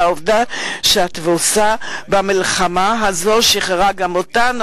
והעובדה שהתבוסה במלחמה הזאת שחררה גם אותנו,